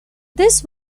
this